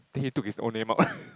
then he took his own name out